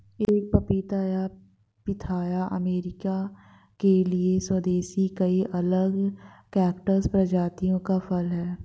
एक पपीता या पिथाया अमेरिका के लिए स्वदेशी कई अलग कैक्टस प्रजातियों का फल है